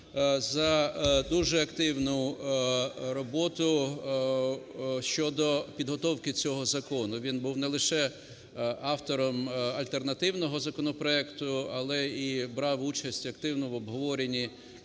за дуже активну роботу щодо підготовки цього закону. Він був не лише автором альтернативного законопроекту, але і брав участь активно в обговоренні